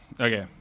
Okay